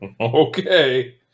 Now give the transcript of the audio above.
Okay